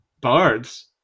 bards